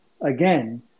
again